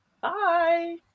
Bye